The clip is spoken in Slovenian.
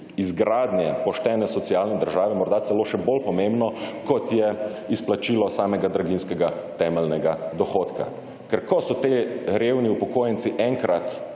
izgradnje poštene socialne države morda še bolj pomembno kot je izplačilo samega draginjskega temeljnega dohodka, ker ko so te revni upokojenci enkrat